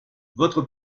votre